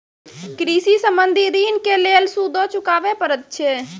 कृषि संबंधी ॠण के लेल सूदो चुकावे पड़त छै?